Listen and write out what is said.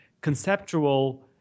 conceptual